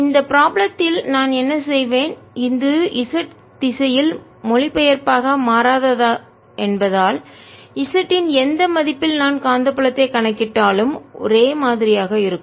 இந்த ப்ராப்ளம் த்தில் நான் என்ன செய்வேன் இது z திசையில் மொழிபெயர்ப்பாக மாறாதது என்பதால் z இன் எந்த மதிப்பில் நான் காந்தப்புலத்தை கணக்கிட்டாலும் ஒரே மாதிரியாக இருக்கும்